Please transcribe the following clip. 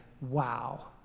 wow